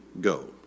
go